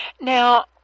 Now